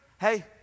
Hey